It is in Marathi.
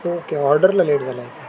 ओके ऑर्डरला लेट झाला आहे का